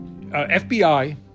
FBI